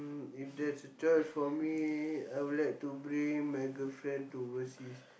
mm if there's a choice of me I would like to bring my girlfriend to overseas